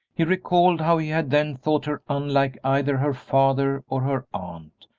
he recalled how he had then thought her unlike either her father or her aunt,